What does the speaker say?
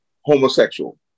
homosexual